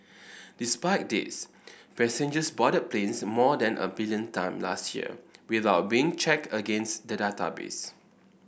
despite this passengers boarded planes more than a billion time last year without being checked against the database